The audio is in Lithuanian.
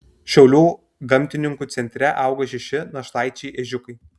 šiaulių gamtininkų centre auga šeši našlaičiai ežiukai